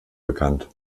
bekannt